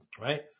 Right